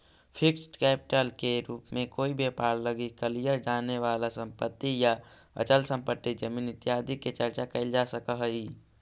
fixed capital के रूप में कोई व्यापार लगी कलियर जाने वाला संपत्ति या अचल संपत्ति जमीन इत्यादि के चर्चा कैल जा सकऽ हई